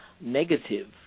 negative